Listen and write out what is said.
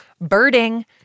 Birding